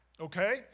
Okay